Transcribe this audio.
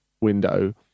window